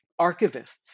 archivists